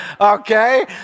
Okay